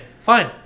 fine